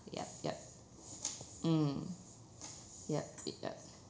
yup yup mm yup yup